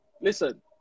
Listen